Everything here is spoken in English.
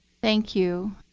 thank you.